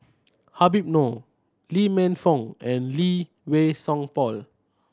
Habib Noh Lee Man Fong and Lee Wei Song Paul